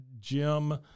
jim